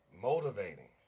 motivating